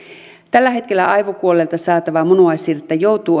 tällä hetkellä aivokuolleelta saatavaa munuaissiirrettä joutuu